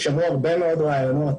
ששמעו הרבה מאוד רעיונות.